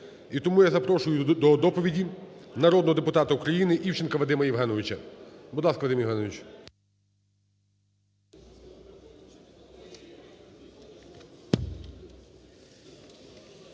І тому я запрошую до доповіді народного депутата України Івченка Вадима Євгеновича. Будь ласка, Вадим Євгенович.